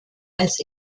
als